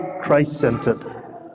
Christ-centered